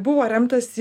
buvo remtasi